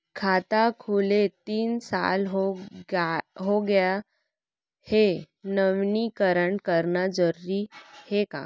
खाता खुले तीन साल हो गया गये हे नवीनीकरण कराना जरूरी हे का?